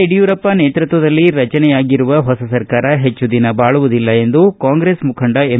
ಯಡಿಯೂರಪ್ಪ ನೇತೃತ್ವದಲ್ಲಿ ರಚನೆಯಾಗುವ ಹೊಸ ಸರ್ಕಾರ ಹೆಚ್ಚು ದಿನ ಬಾಳುವುದಿಲ್ಲ ಎಂದು ಕಾಂಗ್ರೆಸ್ ಮುಖಂಡ ಎಂ